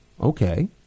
Okay